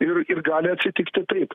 ir ir gali atsitikti taip